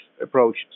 approach